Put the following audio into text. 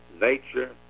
nature